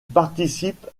participe